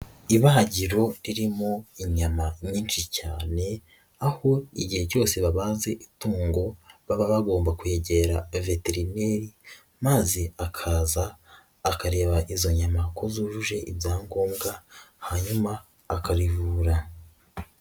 Ibagiro ririmo inyama nyinshi cyane aho igihe cyose babaze itungo, baba bagomba kwegera veterineri maze akaza akareba izo nyama ku zujuje ibyangombwa hanyuma akarivura.